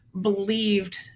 believed